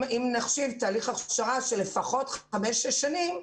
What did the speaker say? אם נחשיב תהליך הכשרה של לפחות חמש-שש שנים,